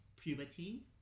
puberty